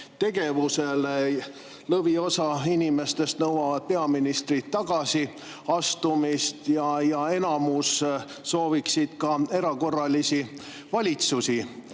tegevusele. Lõviosa inimestest nõuab peaministri tagasiastumist ja enamus sooviks ka erakorralisi valimisi.